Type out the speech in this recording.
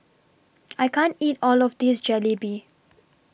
I can't eat All of This Jalebi